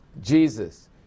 Jesus